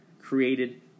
created